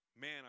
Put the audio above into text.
Man